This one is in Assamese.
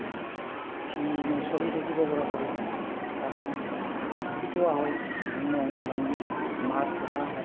সি মানে চলি থাকিব পৰা কৰি তাক মানে শিকোৱা হয় বিভিন্ন অংগী ভংগী মাত কথা